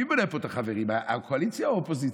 מי מנהל פה את החברים, הקואליציה או האופוזיציה?